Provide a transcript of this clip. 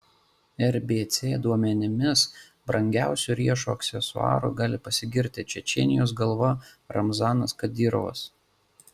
rbc duomenimis brangiausiu riešo aksesuaru gali pasigirti čečėnijos galva ramzanas kadyrovas